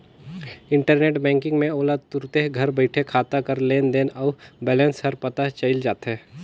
internet banking में ओला तुरते घर बइठे खाता कर लेन देन अउ बैलेंस हर पता चइल जाथे